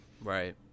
Right